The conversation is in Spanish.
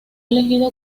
elegido